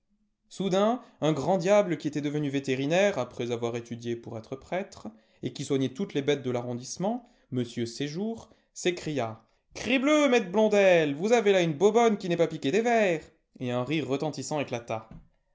soudam un grand diable qui était devenu vétérinaire après avoir étudié pour être prêtre et qui soignait toutes les bêtes de l'arrondissement m séjour s'écria crébleu maît blondel vous avez là une bobonne qui n'est pas piquée des vers et un rire retentissant éclata